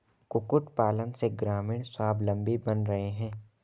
कुक्कुट पालन से ग्रामीण स्वाबलम्बी बन रहे हैं